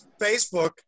Facebook